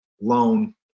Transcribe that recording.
loan